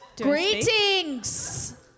Greetings